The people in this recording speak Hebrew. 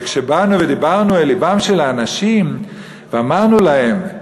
וכשבאנו ודיברנו אל לבם של האנשים ואמרנו להם: